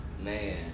Man